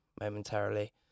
momentarily